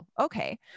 Okay